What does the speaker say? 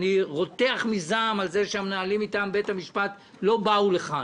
אני רותח מזעם על זה שהמנהלים מטעם בית המשפט לא באו לכאן.